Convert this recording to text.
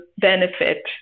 benefit